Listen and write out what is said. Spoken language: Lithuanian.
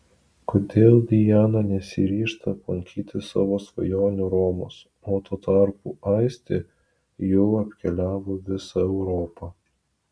kodėl diana nesiryžta aplankyti savo svajonių romos o tuo tarpu aistė jau apkeliavo visą europą